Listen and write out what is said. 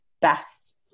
best